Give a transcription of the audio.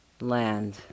land